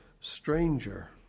stranger